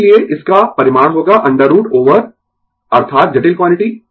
इसीलिये इसका परिमाण होगा √ ओवर अर्थात जटिल क्वांटिटी